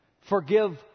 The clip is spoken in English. Forgive